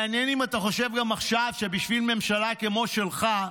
מעניין אם אתה חושב גם עכשיו שבשביל ממשלה כמו שלך,